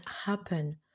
happen